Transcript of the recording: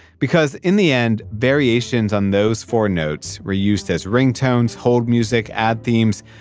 because in the end, variations on those four notes were used as ringtones, hold music, ad themes,